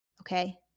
Okay